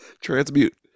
Transmute